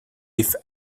life